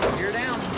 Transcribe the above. you're down.